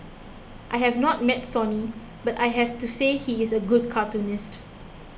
I have not met Sonny but I have to say he is a good cartoonist